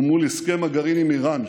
ומול הסכם הגרעין עם איראן,